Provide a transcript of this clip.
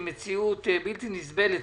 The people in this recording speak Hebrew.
היא מציאות בלתי נסבלת,